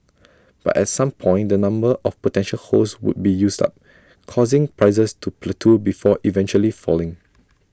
but at some point the number of potential hosts would be used up causing prices to plateau before eventually falling